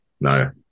No